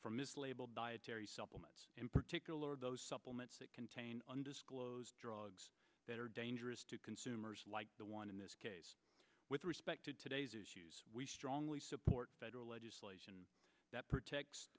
from mislabeled dietary supplements in particular those supplements that contain undisclosed drugs that are dangerous to consumers like the one in this case with respect to today's issues we strongly support federal legislation that protects